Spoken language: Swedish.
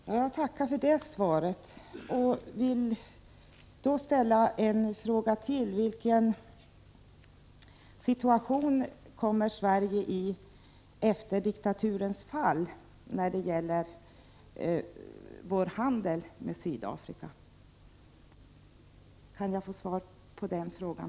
Fru talman! Jag tackar för det svaret. Jag vill ställa ytterligare en fråga: Vilken ställning kommer Sverige att ta efter diktaturens fall när det gäller vår handel med Chile? Kan jag få svar även på den frågan?